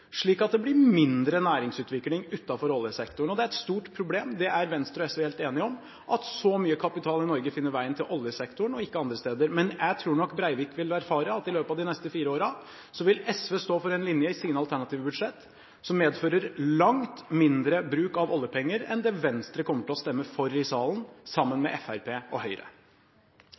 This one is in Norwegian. slik at det blir mindre næringsutvikling utenfor oljesektoren. Det er et stort problem, det er Venstre og SV helt enige om, at så mye kapital i Norge finner veien til oljesektoren og ikke andre steder. Men jeg tror nok Breivik vil erfare at i løpet av de neste fire årene vil SV stå for en linje i sine alternative budsjetter som medfører langt mindre bruk av oljepenger enn det Venstre kommer til å stemme for i salen sammen med Fremskrittspartiet og Høyre.